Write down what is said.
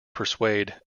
persuade